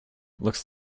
looks